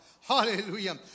Hallelujah